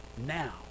Now